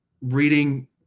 reading